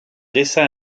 dessins